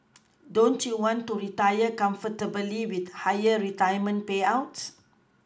don't you want to retire comfortably with higher retirement payouts